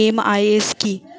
MIS কি?